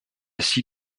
six